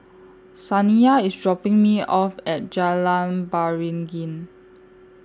Saniyah IS dropping Me off At Jalan Beringin